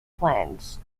plants